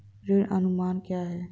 ऋण अनुमान क्या है?